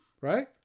Right